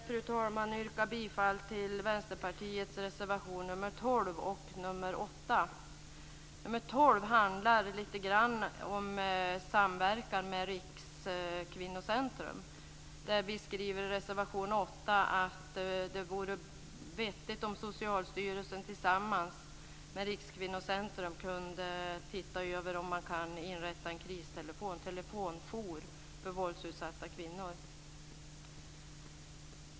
Jag vill yrka bifall till Vänsterpartiets reservationer nr 12 och nr 8. Nr 12 handlar lite grann om samverkan med Rikskvinnocentrum. Vi skriver i reservationen att det vore vettigt om Socialstyrelsen tillsammans med Rikskvinnocentrum kunde titta över om man kan inrätta en kristelefon, en telefonjour, för våldsutsatta kvinnor.